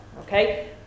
okay